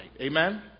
Amen